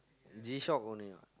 G-shock only what